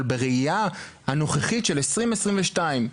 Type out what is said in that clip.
אבל בראייה הנוכחית של 2022,